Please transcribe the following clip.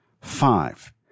Five